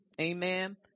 amen